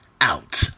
out